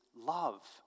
love